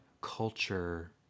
culture